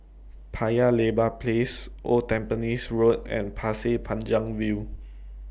Paya Lebar Place Old Tampines Road and Pasir Panjang View